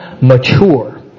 mature